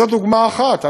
זו דוגמה אחת.